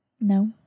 No